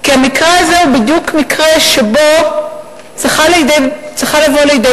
כי המקרה הזה הוא בדיוק מקרה שבו צריך לבוא לידי